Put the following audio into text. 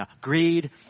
greed